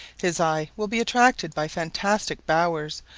his eye will be attracted by fantastic bowers,